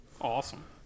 Awesome